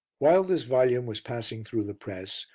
while this volume was passing through the press,